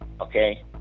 okay